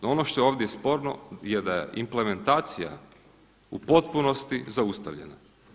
No ono što je ovdje sporno je da je implementacija u potpunosti zaustavljena.